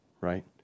right